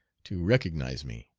to recognize me.